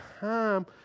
time